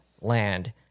land